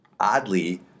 Oddly